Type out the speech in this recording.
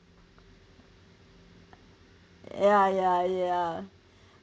ya ya ya